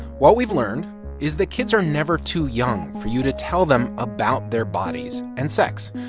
what we've learned is that kids are never too young for you to tell them about their bodies and sex.